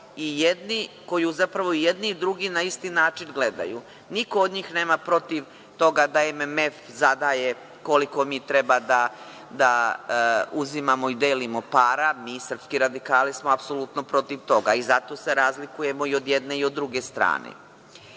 o temi koju zapravo jedni i drugi na isti način gledaju. Niko od njih nema protiv toga da MMF zadaje koliko mi treba da uzimamo i delimo para, mi srpski radikali smo apsolutno protiv toga i zato se razlikujemo i od jedne i od druge strane. Sa